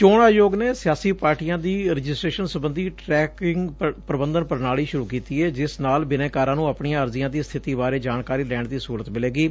ਚੋਣ ਆਯੋਗ ਨੇ ਸਿਆਸੀ ਪਾਰਟੀਆਂ ਦੀ ਰਜਿਸਟ੍ਰੇਸ਼ਨ ਸਬੰਧੀ ਟੈਕਿੰਗ ਪ੍ਰਬੰਧਨ ਪੁਣਾਲੀ ਸੁਰੁ ਕੀਤੀ ਏ ਜਿਸ ਨਾਲ ਬਿਨੈਕਾਰਾਂ ਨੰ ਆਪਣੀਆ ਅਰਜ਼ੀਆ ਦੀ ਸਬਿਤੀ ਬਾਰੇ ਜਾਣਕਾਰੀ ਲੈਣ ਦੀ ਸਹੁਲਤ ਮਿਲੇਗੀ